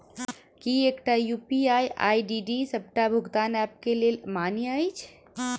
की एकटा UPI ID डी सबटा भुगतान ऐप केँ लेल मान्य अछि?